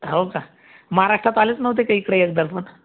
हौ का महाराष्ट्रात आलेच नव्हते का इकडे एकदा पण